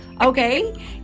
Okay